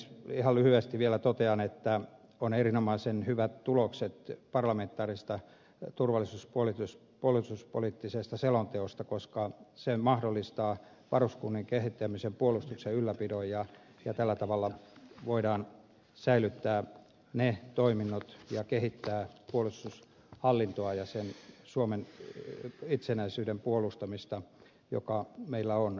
ihan lyhyesti vielä totean että on erinomaisen hyvät tulokset parlamentaarisesta turvallisuus ja puolustuspoliittisesta selonteosta koska se mahdollistaa varuskuntien kehittämisen ja puolustuksen ylläpidon ja tällä tavalla voidaan säilyttää ne toiminnot ja kehittää sitä puolustushallintoa ja suomen itsenäisyyden puolustamista joka meillä on